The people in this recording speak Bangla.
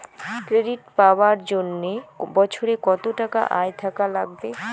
ক্রেডিট পাবার জন্যে বছরে কত টাকা আয় থাকা লাগবে?